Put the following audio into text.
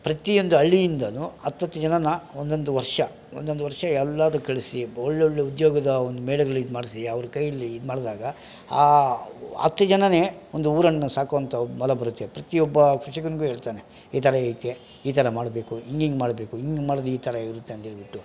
ಪ್ರತಿಯೊಂದು ಹಳ್ಳಿಯಿಂದ ಹತ್ತು ಹತ್ತು ಜನಾನ ಒಂದೊಂದು ವರ್ಷ ಒಂದೊಂದು ವರ್ಷ ಎಲ್ಲಾದರು ಕಳಿಸಿ ಒಳ್ಳೊಳ್ಳೆ ಉದ್ಯೋಗದ ಒಂದು ಮೇಳಗಳು ಇದ್ಮಾಡಿಸಿ ಅವ್ರ ಕೈಯಲ್ಲಿ ಇದುಮಾಡ್ದಾಗ ಆ ಹತ್ತು ಜನ ಒಂದು ಊರನ್ನು ಸಾಕುವಂಥ ಬಲ ಬರುತ್ತೆ ಪ್ರತಿಯೊಬ್ಬ ಕೃಷಿಕನಿಗು ಹೇಳ್ತಾನೆ ಈ ಥರ ಐತೆ ಈ ಥರ ಮಾಡಬೇಕು ಹಿಂಗಿಂಗ್ ಮಾಡಬೇಕು ಹಿಂಗಿಂಗ್ ಮಾಡಿದ್ರೆ ಈ ಥರ ಇರುತ್ತೆ ಅಂತೇಳಿಬಿಟ್ಟು